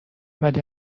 ولی